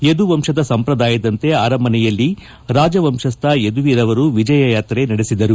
ಯದುವಂತದ ಸಂಪ್ರದಾಯದಂತೆ ಅರಮನೆಯಲ್ಲಿ ರಾಜವಂಶಸ್ಥ ಯದುವೀರ್ ಅವರು ವಿಜಯಯಾತ್ರೆ ನಡೆಸಿದರು